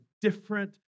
different